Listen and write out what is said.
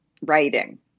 writing